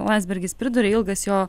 landsbergis priduria ilgas jo